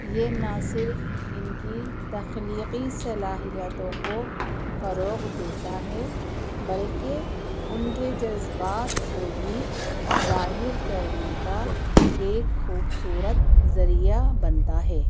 یہ نہ صرف ان کی تخلیقی صلاحیتوں کو فروغ دیتا ہے بلکہ ان کے جذبات کو بھی ظاہر کرنے کا ایک خوبصورت ذریعہ بنتا ہے